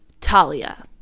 Talia